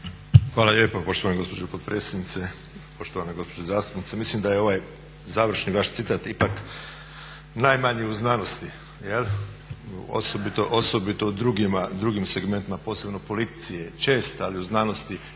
Hvala lijepa poštovana gospođo potpredsjednice. Poštovana gospođo zastupnice mislim da je ovaj završni vaš citat ipak najmanje u znanosti jel', osobito u drugim segmentima, posebno politici čest, ali u znanosti,